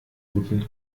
guten